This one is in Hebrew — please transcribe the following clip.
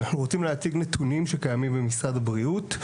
אנחנו רוצים להציג נתונים שקיימים במשרד הבריאות,